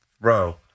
bro